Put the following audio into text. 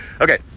Okay